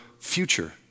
future